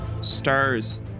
stars